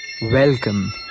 Welcome